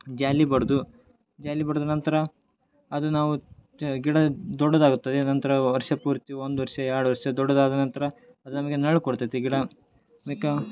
ಜಾಲಿ ಬಡಿದು ಜಾಲಿ ಬಡ್ದ ನಂತರ ಅದು ನಾವು ತ ಗಿಡ ದೊಡ್ಡದಾಗುತ್ತದೆ ನಂತರ ವರ್ಷ ಪೂರ್ತಿ ಒಂದು ವರ್ಷ ಎರಡು ವರ್ಷ ದೊಡ್ಡದಾದ ನಂತರ ಅದು ನಮಗೆ ನೆರಳು ಕೊಡ್ತೈತಿ ಗಿಡ